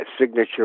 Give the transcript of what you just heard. signature